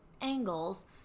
angles